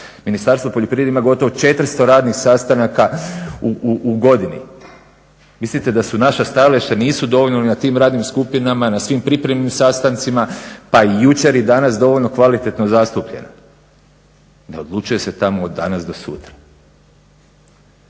Ministarstvo poljoprivrede ima gotovo 400 radnih sastanaka u godini. Mislite da su naša stajališta nisu dovoljno na tim radnim skupinama na svim pripremnim sastancima pa i jučer i danas dovoljno kvalitetno zastupljena? Ne odlučuje se tamo od danas do sutra.